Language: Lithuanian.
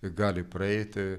gali praeiti